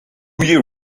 you